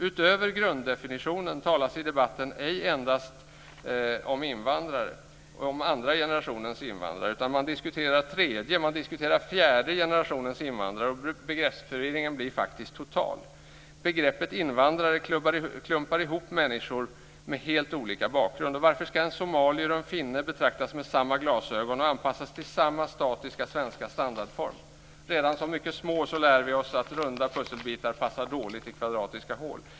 Utöver grunddefinitionen talas i debatten ej endast om andra generationens invandrare, utan man diskuterar tredje och fjärde generationens invandrare. Begreppsförvirringen blir faktiskt total. Begreppet invandrare klumpar ihop människor med helt olika bakgrund. Varför ska en somalier och en finne betraktas med samma glasögon och anpassas till samma statiska svenska standardform? Redan som mycket små lär vi oss att runda pusselbitar passar dåligt i kvadratiska hål.